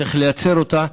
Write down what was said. צריך לייצר אותה,